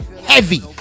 Heavy